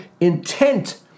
intent